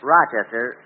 Rochester